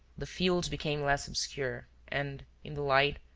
the fields became less obscure and, in the light,